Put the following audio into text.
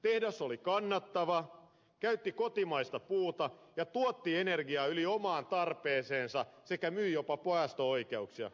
tehdas oli kannattava käytti kotimaista puuta ja tuotti energiaa yli oman tarpeensa sekä myi jopa päästöoikeuksia